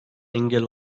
engel